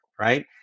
right